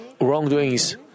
wrongdoings